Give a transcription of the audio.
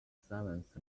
seventh